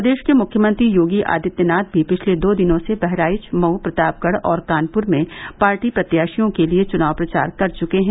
प्रदेश के मुख्यमंत्री योगी आदित्यनाथ भी पिछले दो दिनों में बहराइच मऊ प्रतापगढ़ और कानपुर में पार्टी प्रत्याशियों के लिये चुनाव प्रचार कर चुके हैं